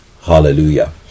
Hallelujah